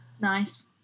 nice